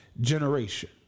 generation